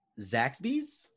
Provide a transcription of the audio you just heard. Zaxby's